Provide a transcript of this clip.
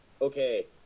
okay